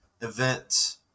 event